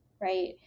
right